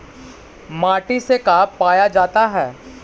माटी से का पाया जाता है?